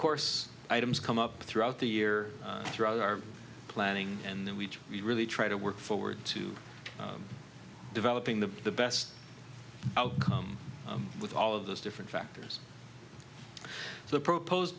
course items come up throughout the year throughout our planning and then we really try to work forward to developing the the best outcome with all of those different factors the proposed